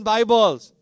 Bibles